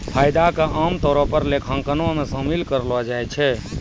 फायदा के आमतौरो पे लेखांकनो मे शामिल करलो जाय सकै छै